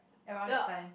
around that time